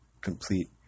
complete